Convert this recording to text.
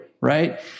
right